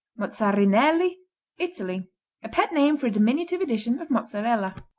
mozzarinelli italy a pet name for a diminutive edition of mozzarella.